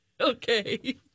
okay